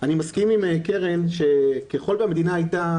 אני מסכים עם קרן שככל שהמדינה הייתה